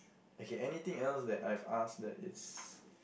okay anything else that I've asked that is